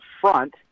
front